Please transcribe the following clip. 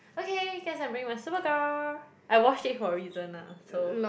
okay guess I'm wearing my Superga I washed it for a reason lah so